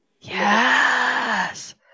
Yes